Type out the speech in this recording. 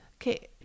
Okay